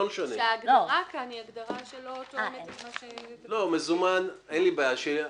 שההגדרה כאן היא הגדרה שלא תואמת את מה ש --- אין לי בעיה.